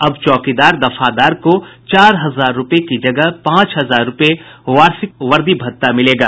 अब चौकीदार दफादार को चार हजार रूपये की जगह पांच हजार रूपये वार्षिक वर्दी भत्ता मिलेगा